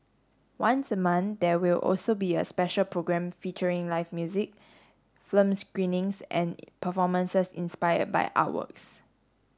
once a month there will also be a special programme featuring live music film screenings and performances inspired by artworks